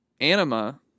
anima